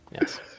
Yes